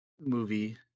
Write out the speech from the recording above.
movie